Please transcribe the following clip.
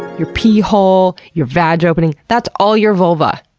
your pee hole, your vag opening, that's all your vulva!